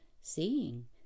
seeing